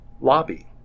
lobby